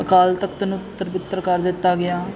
ਅਕਾਲ ਤਖ਼ਤ ਨੂੰ ਤਿੱਤਰ ਬਿੱਤਰ ਕਰ ਦਿੱਤਾ ਗਿਆ